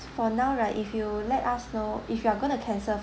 for now right if you let us know if you're going to cancel